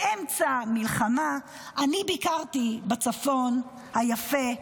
באמצע המלחמה אני ביקרתי בצפון היפה.